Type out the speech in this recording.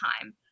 time